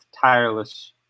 Tireless